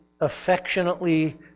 affectionately